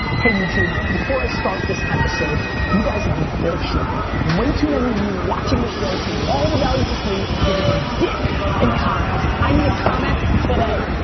hey, youtube, before i start this episode, you guys have been bullshitting. way too many of you are watching the show, taking all the value for free and giving me dick in comments. i need a comment today.